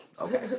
Okay